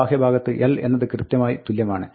ബാഹ്യഭാഗത്ത് l എന്നത് കൃത്യമായി തുല്യമാണ്